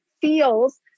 feels